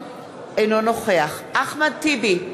אינו נוכח אחמד טיבי,